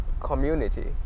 community